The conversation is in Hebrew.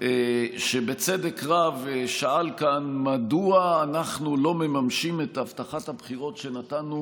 שבצדק רב שאל כאן מדוע אנחנו לא ממשים את הבטחת הבחירות שנתנו,